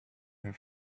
her